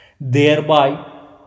thereby